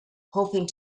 hoping